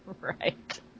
Right